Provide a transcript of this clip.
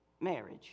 marriage